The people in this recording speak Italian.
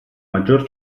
maggior